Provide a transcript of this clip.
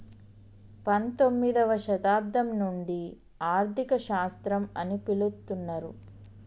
పంతొమ్మిదవ శతాబ్దం నుండి ఆర్థిక శాస్త్రం అని పిలుత్తున్నరు